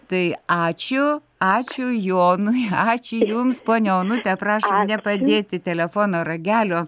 tai ačiū ačiū jonui ačiū jums ponia onute prašom nepadėti telefono ragelio